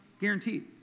Guaranteed